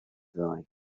ddau